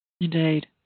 Indeed